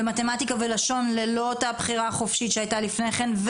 במתמטיקה ולשון ללא אותה בחירה חופשית שהייתה לפני כן,